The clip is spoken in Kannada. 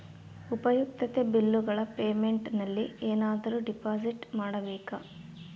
ಉಪಯುಕ್ತತೆ ಬಿಲ್ಲುಗಳ ಪೇಮೆಂಟ್ ನಲ್ಲಿ ಏನಾದರೂ ಡಿಪಾಸಿಟ್ ಮಾಡಬೇಕಾ?